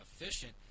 efficient